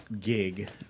Gig